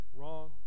wrong